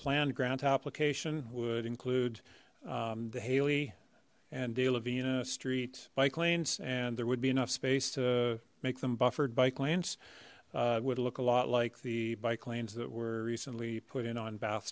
planned grant application would include the halley and de la vina street bike lanes and there would be enough space to make them buffered bike lanes would look a lot like the bike lanes that were recently put in on bath